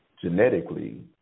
genetically